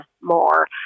more